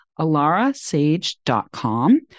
alarasage.com